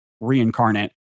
reincarnate